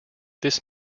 this